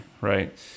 right